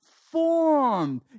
formed